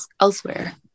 elsewhere